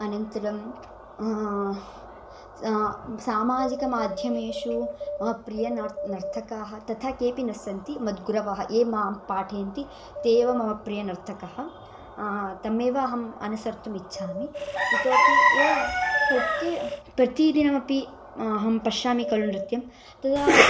अनन्तरं सामाजिकमाध्यमेषु मम प्रिय नर् नर्तकाः तथा केऽपि न सन्ति मद्गुरवः ये माम् पाठयन्ति ते एव मम प्रिय नर्तकः तमेव अहम् अनुसर्तुम् इच्छामि इतोऽपि यः प्रति प्रतिदिनमपि अहं पश्यामि खलु नृत्यं तदा